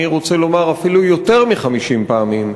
אני רוצה לומר אפילו יותר מ-50 פעמים.